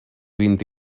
vint